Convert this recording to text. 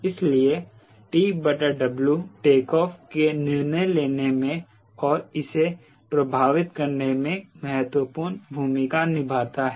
इसलिए TW takeoff के निर्णय लेने में और इसे प्रभावित करने में महत्वपूर्ण भूमिका निभाता है